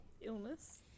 Illness